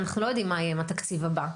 אנחנו לא יודעים מה יהיה עם התקציב הבא.